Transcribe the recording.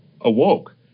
awoke